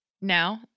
now